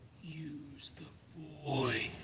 use the boy.